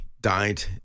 died